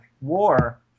war